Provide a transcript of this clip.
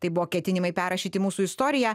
tai buvo ketinimai perrašyti mūsų istoriją